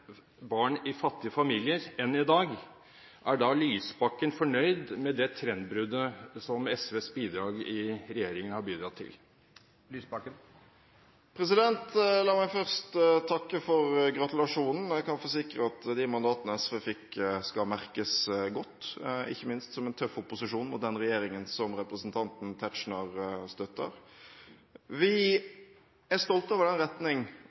barn i fattige familier enn i dag, er Lysbakken fornøyd med det trendbruddet som SVs bidrag i regjeringen har bidratt til? La meg først takke for gratulasjonen. Jeg kan forsikre om at de mandatene SV fikk, skal merkes godt, ikke minst som en tøff opposisjon mot den regjeringen som representanten Tetzschner støtter. Vi er stolte over den